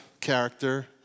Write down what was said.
character